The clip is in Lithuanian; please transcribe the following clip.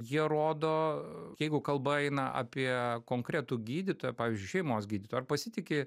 jie rodo jeigu kalba eina apie konkretų gydytoją pavyzdžiui šeimos gydytoją ar pasitiki